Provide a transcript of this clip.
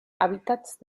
hábitats